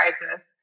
crisis